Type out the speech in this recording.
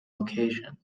location